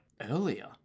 Earlier